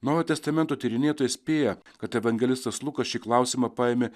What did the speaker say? naujojo testamento tyrinėtojai spėja kad evangelistas lukas šį klausimą paėmė